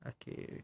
Okay